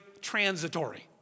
transitory